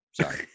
sorry